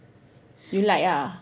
you like ah